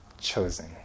chosen